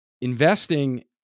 Investing